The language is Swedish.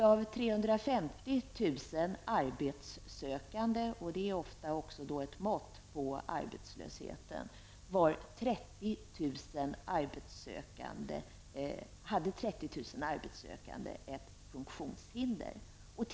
Av 350 000 arbetssökande -- vilket ofta också är ett mått på arbetslösheten -- hade 30 000 arbetssökande ett funktionshinder.